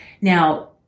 Now